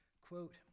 quote